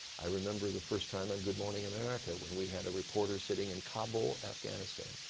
i remember the first time on good morning america when we had a reporter sitting in kabul, afghanistan.